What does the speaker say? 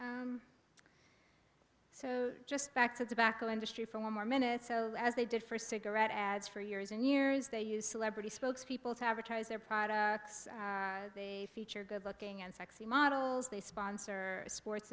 products so just back to back oh industry for one more minute so as they did for cigarette ads for years and years they use celebrity spokespeople to advertise their products they feature good looking and sexy models they sponsor sports